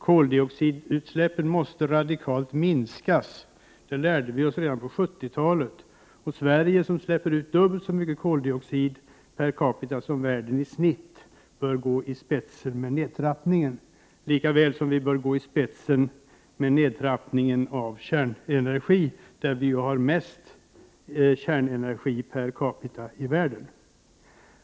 Koldioxidutsläppen måste minskas radikalt. Det lärde vi oss redan på 70-talet. Sverige — här släpper vi ut dubbelt så mycket koldioxid per capita som världen i genomsnitt — bör gå i spetsen för en nedtrappning. Likaså bör Sverige gå i spetsen för en nedtrappning beträffande kärnenergi. Vi förbrukar mest kärnenergi per capita i världen.